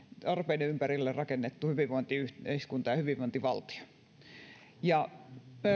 tarpeiden ympärille rakennettu hyvinvointiyhteiskunta ja